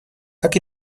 как